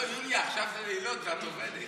לא, יוליה, עכשיו זה לילות ואת עובדת.